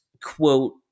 quote